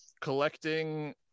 collecting